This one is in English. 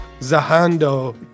Zahando